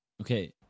Okay